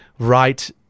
right